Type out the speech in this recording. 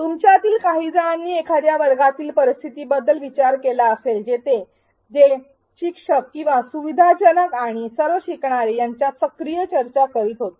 तुमच्यातील काहीजणांनी एखाद्या वर्गातील परिस्थितीबद्दल विचार केला असेल जेथे ते शिक्षक किंवा सुविधाजनक आणि सर्व शिकणारे यांच्यात सक्रिय चर्चा करीत होते